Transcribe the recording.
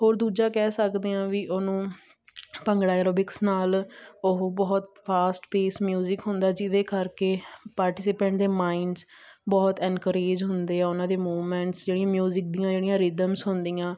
ਹੋਰ ਦੂਜਾ ਕਹਿ ਸਕਦੇ ਆਂ ਵੀ ਉਹਨੂੰ ਭੰਗੜਾ ਐਰੋਬਿਕਸ ਨਾਲ ਉਹ ਬਹੁਤ ਫਾਸਟ ਪੀਸ ਮਿਊਜ਼ਿਕ ਹੁੰਦਾ ਜਿਹਦੇ ਕਰਕੇ ਪਾਰਟੀਸੀਪੈਂਟ ਦੇ ਮਾਇੰਡਸ ਬਹੁਤ ਐਨਕ੍ਰੇਜ਼ ਹੁੰਦੇ ਆ ਉਹਨਾਂ ਦੇ ਮੂਵਮੈਂਟਸ ਜਿਹੜੀਆਂ ਮਿਊਜ਼ੀਕ ਦੀਆਂ ਜਿਹੜੀਆਂ ਰੀਦਮਸ ਹੁੰਦੀਆਂ